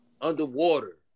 Underwater